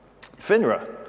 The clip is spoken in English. FINRA